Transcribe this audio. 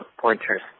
pointers